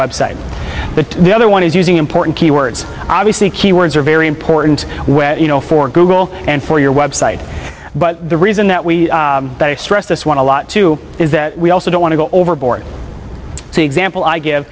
website but the other one is using important keywords obviously keywords are very important you know for google and for your website but the reason that we stress this one a lot too is that we also don't want to go overboard so example i g